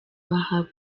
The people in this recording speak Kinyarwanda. bahabwa